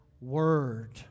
word